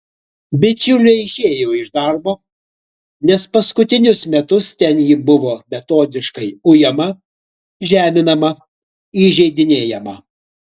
bičiulė išėjo iš darbo nes paskutinius metus ten ji buvo metodiškai ujama žeminama įžeidinėjama